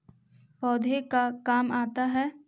पौधे का काम आता है?